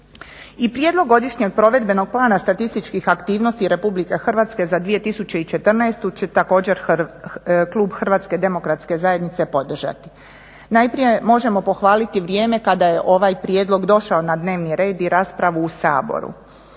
prijedlog godišnjeg provedbenog plana statističkih aktivnosti RH za 2014.će također Klub HDZ-a podržati. Najprije možemo pohvaliti vrijeme kada je ovaj prijedlog došao na dnevni red i raspravu u Saboru.